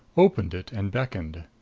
opened it and beckoned.